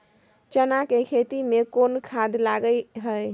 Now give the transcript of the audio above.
चना के खेती में कोन खाद लगे हैं?